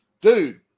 Dude